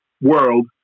world